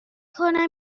کنم